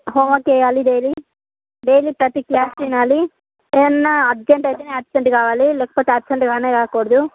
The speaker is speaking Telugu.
హోమ్ వర్క్ చేయాలి డైలీ డైలీ ప్రతి క్లాస్ వినాలి ఏదన్నా అర్జెంట్ అయితేనే ఆబ్సెంట్ కావాలి లేకపోతె ఆబ్సెంట్ కానే కాకూడదు